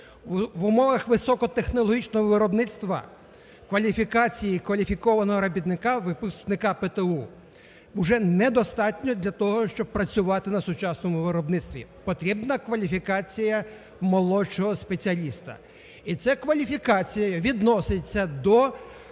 В умовах високотехнологічного виробництва кваліфікації кваліфікованого робітника – випускника ПТУ, - уже не достатньо для того, щоб працювати на сучасному виробництві, потрібна кваліфікація молодшого спеціаліста. І ця кваліфікація відноситься до